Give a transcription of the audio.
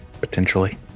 potentially